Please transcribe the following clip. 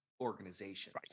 organizations